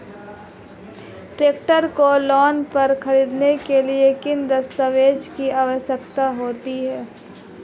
Tractor को loan पर खरीदने के लिए किन दस्तावेज़ों की आवश्यकता होती है?